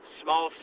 small